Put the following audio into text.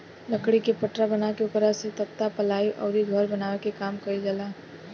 लकड़ी के पटरा बना के ओकरा से तख्ता, पालाइ अउरी घर बनावे के काम कईल जाला